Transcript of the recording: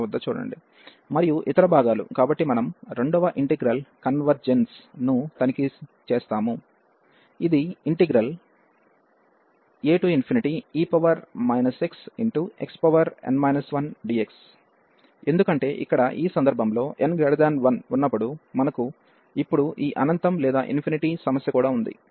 మరియు ఇతర భాగాలు కాబట్టి మనం రెండవ ఇంటిగ్రల్ కన్వెర్జెన్స్ ను తనిఖీ చేస్తాము ఇది ae xxn 1dx ఎందుకంటే ఇక్కడ ఈ సందర్భంలో n1 ఉన్నప్పుడు మనకు ఇప్పుడు ఈ అనంతం లేదా ఇన్ఫినిటీ సమస్య కూడా ఉంది